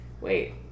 Wait